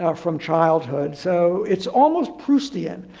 ah from childhood. so it's almost proustian,